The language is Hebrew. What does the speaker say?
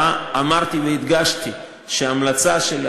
אני חשבתי שחברת הכנסת רוזין נושאת על